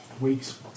Weeks